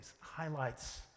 highlights